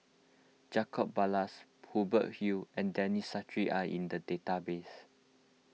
Jacob Ballas Hubert Hill and Denis Santry are in the database